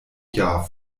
jahr